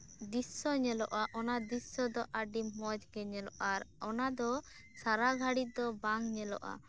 ᱫᱨᱤᱥᱥᱳ ᱧᱮᱞᱚᱜᱼᱟ ᱚᱱᱟ ᱫᱨᱤᱥᱥᱳ ᱫᱚ ᱟᱹᱰᱤ ᱢᱚᱸᱡᱽ ᱜᱮ ᱧᱮᱞᱚᱜᱼᱟ ᱟᱨ ᱚᱱᱟᱫᱚ ᱥᱟᱨᱟᱜᱷᱟᱲᱤ ᱫᱚ ᱵᱟᱝ ᱧᱮᱞᱚᱜᱼᱟ